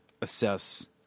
assess